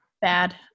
Bad